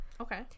Okay